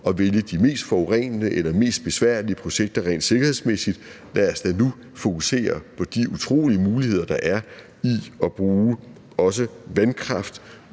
at vælge de mest forurenende eller mest besværlige projekter rent sikkerhedsmæssigt. Lad os da nu fokusere på de utrolige muligheder, der er i at bruge også vandkraft